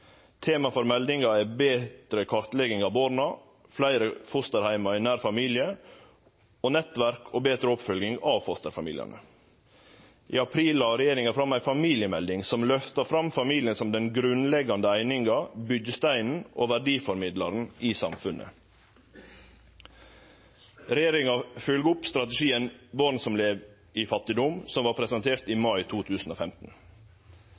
Tema for meldinga er betre kartlegging av barna, fleire fosterheimar i nær familie og nettverk og betre oppfølging av fosterfamiliane. I april la regjeringa fram ei familiemelding som løftar fram familien som den grunnleggjande eininga, byggjesteinen og verdiformidlaren i samfunnet. Regjeringa følgjer opp strategien Barn som lever i fattigdom, som vart presentert i